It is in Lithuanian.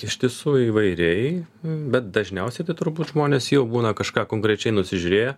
iš tiesų įvairiai bet dažniausiai tai turbūt žmonės jau būna kažką konkrečiai nusižiūrėję